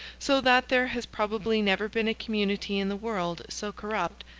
so that there has probably never been a community in the world so corrupt,